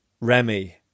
Remy